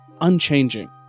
unchanging